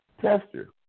tester